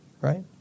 Right